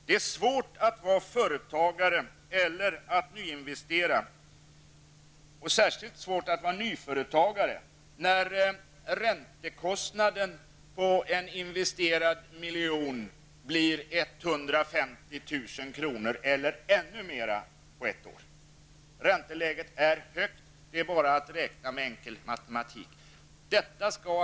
Det är svårt att vara företagare eller att nyinvestera, och det är särskilt svårt att vara nyföretagare. Räntekostnaden för en investerad miljon är 150 000 kr. eller ännu mera på ett år. Det är alltså ett högt ränteläge. Enkel matematik säger vad det är fråga om.